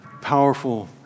powerful